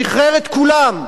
שחרר את כולם.